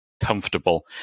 comfortable